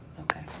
Okay